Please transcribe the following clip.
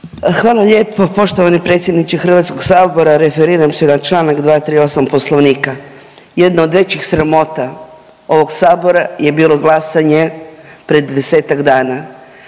Hvala lijepo. Poštovani predsjedniče HS-a. Referiram se na čl. 238. poslovnika, jedna od većih sramota ovog Sabora je bilo glasanje pred desetak dana.